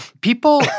People